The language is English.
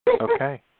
Okay